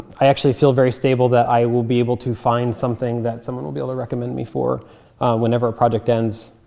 i actually feel very stable that i will be able to find something that someone will be able to recommend me for whenever a project ends